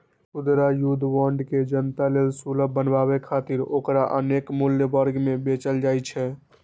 खुदरा युद्ध बांड के जनता लेल सुलभ बनाबै खातिर ओकरा अनेक मूल्य वर्ग मे बेचल जाइ छै